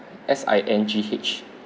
S I N G H